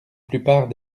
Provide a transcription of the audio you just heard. plupart